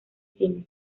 cine